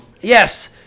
Yes